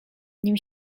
nim